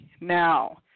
Now